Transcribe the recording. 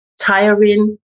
tiring